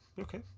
Okay